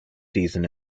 season